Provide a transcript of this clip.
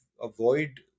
avoid